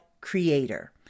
creator